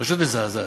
פשוט מזעזעת.